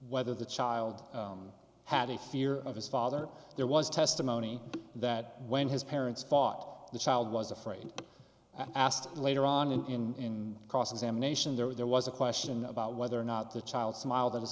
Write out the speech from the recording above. whether the child had a fear of his father there was testimony that when his parents fought the child was afraid asked later on in cross examination there was there was a question about whether or not the child smiled at his